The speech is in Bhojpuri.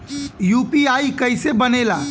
यू.पी.आई कईसे बनेला?